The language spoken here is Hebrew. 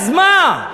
אז מה?